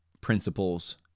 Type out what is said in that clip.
principles